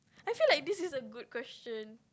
I feel like this is a good question